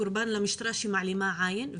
קורבן למשטרה שמעלימה עין.